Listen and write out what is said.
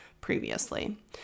previously